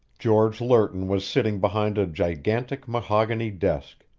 george lerton was sitting behind a gigantic mahogany desk,